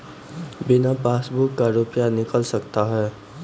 बिना पासबुक का रुपये निकल सकता हैं?